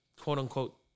quote-unquote